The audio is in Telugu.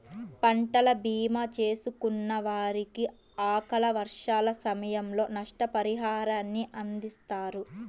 పంటల భీమా చేసుకున్న వారికి అకాల వర్షాల సమయంలో నష్టపరిహారాన్ని అందిస్తారు